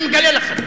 אני מגלה לכם,